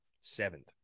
Seventh